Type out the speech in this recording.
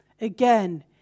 Again